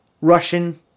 Russian